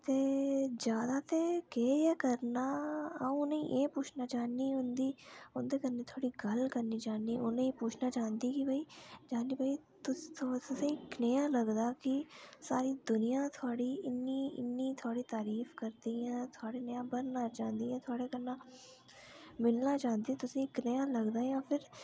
ते ज्यादा ते केह् ऐ करना आऊं उनें गी एह् पुच्छना चाह्ंनी उंदी उंदे कन्ने थोह्ड़ी गल्ल करना चाह्न्नी उनेंगी एह् पुच्छना चाह्ंदी गी भाई पुच्छना चाह्न्नी भाई दस्सो भाई तुसें कनेहा लगदा कि सारी दुनिया थोआढ़ी इन्नी इन्नी थोआढ़ी तारीफ करदी इं या थोआढ़े नेहा बनना चाह्ंदी इंया थोआढ़े कन्नै मिलना चाह्ंदी तुसें कनेहा लगदा जां फिर